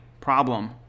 problem